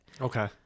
Okay